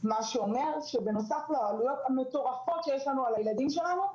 זה אומר שבנוסף לעלויות המטורפות שיש לנו על הילדים שלנו,